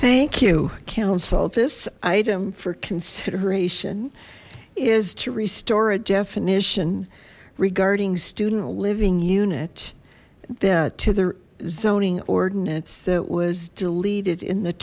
thank you council this item for consideration is to restore a definition regarding student living unit that to the zoning ordinance that was deleted in the